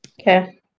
Okay